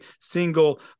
single